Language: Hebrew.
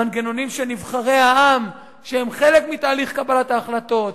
מנגנונים של נבחרי העם שהם חלק מתהליך קבלת ההחלטות,